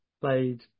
Played